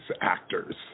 actors